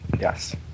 Yes